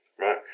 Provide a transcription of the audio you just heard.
right